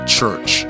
Church